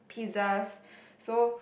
pizzas so